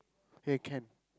okay can